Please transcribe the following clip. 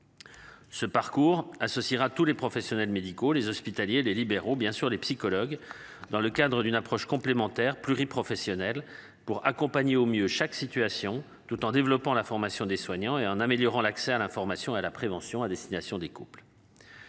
Ce parcours associera tous les professionnels médicaux les hospitaliers les libéraux bien sûr les psychologues dans le cadre d'une approche complémentaire pluri-professionnelle pour accompagner au mieux chaque situation tout en développant la formation des soignants et en améliorant l'accès à l'information et la prévention à destination des couples.